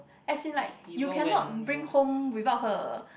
as in like you cannot bring home without her